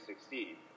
succeed